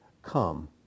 come